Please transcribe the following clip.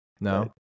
no